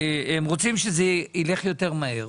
שהם רוצים שזה ילך יותר מהר,